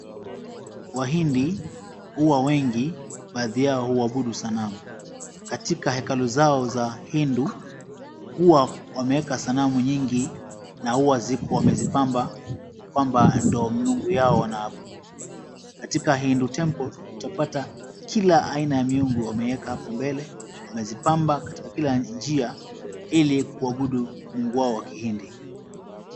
Wahindi huwa wengi baadhi yao huabudu sanamu, katika hekalu zao za Hindu huwa wameweka sanamu nyingi na huwa zipo wamezipamba ndo Mungu yao wanaoabudu. Katika Hindu temple utapata kila aina ya miungu hapo mbele wamezipamba katika kila njia ili kuabudu Mungu wao wa Kihindi.